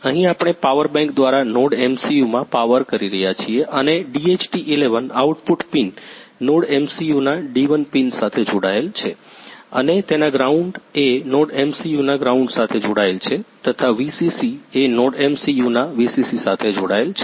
અહીં આપણે power bank દ્વારા NodeMCU માં પાવર કરી રહ્યા છીએ અને DHT11 આઉટપુટ પિન NodeMCU ના D1 પિન સાથે જોડાયેલ છે અને તેનાં ગ્રાઉન્ડ એ NodeMCU ના ગ્રાઉન્ડ સાથે જોડાયેલ છે તથા VCC એ NodeMCU ના VCC સાથે જોડાયેલ છે